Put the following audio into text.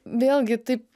vėlgi taip